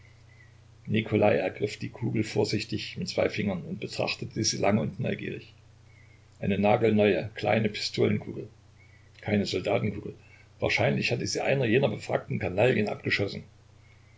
ergriff die kugel vorsichtig mit zwei fingern und betrachtete sie lange und neugierig eine nagelneue kleine pistolenkugel keine soldatenkugel wahrscheinlich hatte sie eine jener befrackten kanaillen abgeschossen